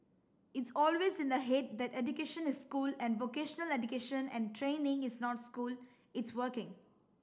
it's always in the head that education is school and vocational education and training is not school it's working